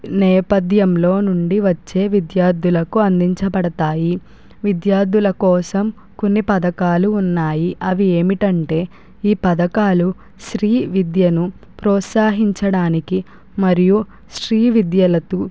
నేపథ్యంలో నుండి వచ్చే విద్యార్థులకు అందించబడతాయి విద్యార్థుల కోసం కొన్ని పథకాలు ఉన్నాయి అవి ఏమిటంటే ఈ పథకాలు స్త్రీ విద్యను ప్రోత్సహించడానికి మరియు స్త్రీ విద్యలతు